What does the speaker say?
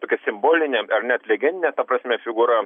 tokia simbolinė ar net legendinė ta prasme figūra